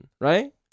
right